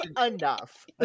enough